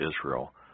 Israel